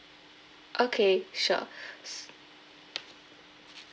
okay sure